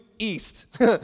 east